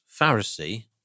Pharisee